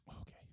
Okay